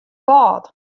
kâld